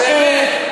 השר.